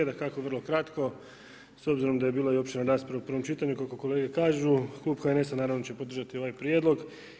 Dakako vrlo kratko s obzirom da je bila i opširna rasprava u prvom čitanju kako kolege kažu, Klub HNS-a naravno će podržati ovaj prijedlog.